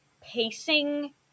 pacing